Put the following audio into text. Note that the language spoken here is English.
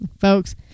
folks